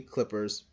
Clippers